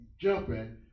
jumping